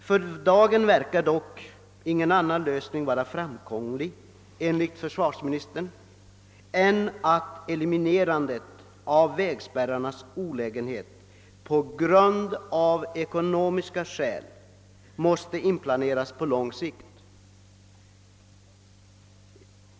För dagen verkar dock ingen annan lösning vara framkomlig, enligt försvarsministerns svar, än att på lång sikt planera ett eliminerande av olägenheterna med vägspärrarna — detta av ekonomiska skäl.